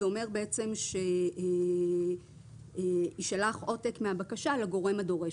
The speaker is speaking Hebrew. זה אומר שיישלח עותק מהבקשה לגורם הדורש.